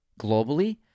globally